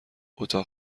اتاق